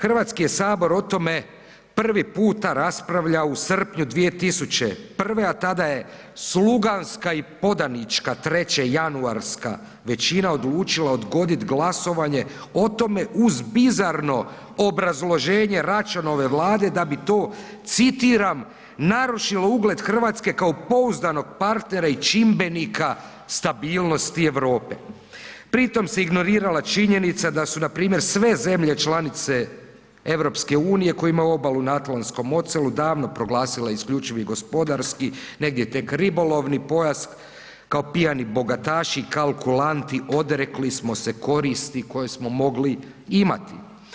HS je o tome prvi puta raspravljao u srpnju 2001., a tada je sluganska i podanička trećejanuarska većina odlučila odgodit glasovanje o tome uz bizarno obrazloženje Račanove Vlade da bi to citiram „narušilo ugled RH kao pouzdanog partnera i čimbenika stabilnosti Europe“ pri tom se ignorirala činjenica da su npr. sve zemlje članice EU koje imaju obalu na Atlantskom oceanu davno proglasile isključivi gospodarski, tek negdje ribolovni, pojas kao pijani bogataši, kalkulanti, odrekli smo se koristi koje smo mogli imati.